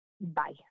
Bye